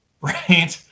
right